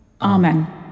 Amen